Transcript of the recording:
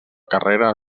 carrera